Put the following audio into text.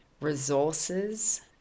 resources